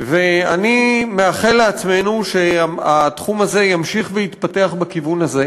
ואני מאחל לעצמנו שהתחום הזה ימשיך ויתפתח בכיוון הזה.